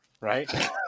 right